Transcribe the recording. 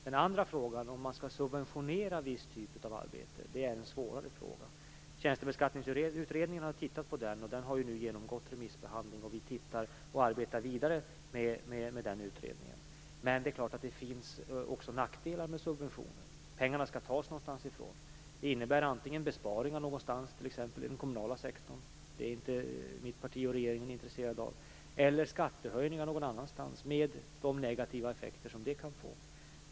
Den andra frågan, om man skall subventionera en viss typ av arbete, är en svårare fråga. Tjänstebeskattningsutredningen har tittat på den. Den har nu genomgått remissbehandling, och vi tittar på och arbetar vidare med den utredningen. Men det är klart att det också finns nackdelar med subventionen. Pengarna skall tas någonstans ifrån. Det innebär antingen besparingar någonstans, t.ex. i den kommunala sektorn - det är inte mitt parti och regeringen intresserad av - eller skattehöjningar någon annanstans, med de negativa effekter som det kan få.